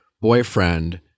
boyfriend